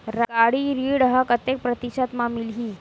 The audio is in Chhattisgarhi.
गाड़ी ऋण ह कतेक प्रतिशत म मिलही?